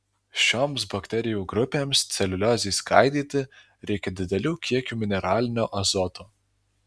šioms bakterijų grupėms celiuliozei skaidyti reikia didelių kiekių mineralinio azoto